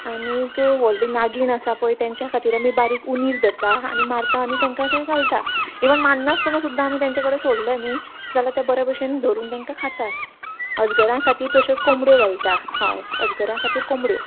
आनीक व्हडली नागीण आसा पय तेंच्या खातीर आमी बारीक उंदीर धरता आनी मारता आनी तेंकां ते घालता इवन मारनासतना सुद्दां आमी तेंच्या कडेन सोडलें न्ही जाल्यार ते बऱ्या बशेन धरून तेंकां खाता अजगरां खातीर तश्योच कोंबड्यो घालता हय अजगरां खातीर कोंबड्यो